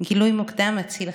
גילוי מוקדם מציל חיים.